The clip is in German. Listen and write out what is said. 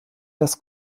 das